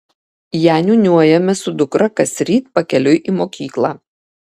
ją niūniuojame su dukra kasryt pakeliui į mokyklą